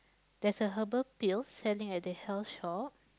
there's a herbal pill selling at the health shop